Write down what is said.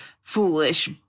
foolish